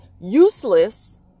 useless